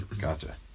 Gotcha